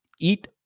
eat